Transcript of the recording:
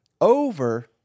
Over